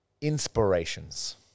Inspirations